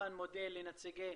כמובן מודה לנציגי